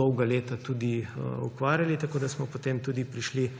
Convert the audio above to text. dolga leta tudi ukvarjali. Tako smo potem tudi prišli